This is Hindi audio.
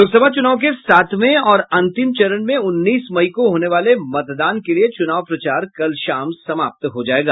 लोकसभा चुनाव के सातवें और अंतिम चरण में उन्नीस मई को होने वाले मतदान के लिए चूनाव प्रचार कल शाम समाप्त हो जायेगा